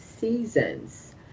Seasons